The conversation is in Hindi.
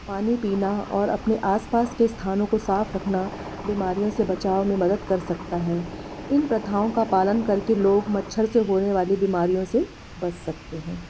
पानी पीना और अपने आस पासके स्थानों को साफ़ रखना बीमारियों से बचाव में मदद कर सकता है इन प्रथाओं का पालन करके लोग मच्छर से होने वाली बीमारियों से बच सकते हैं